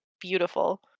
beautiful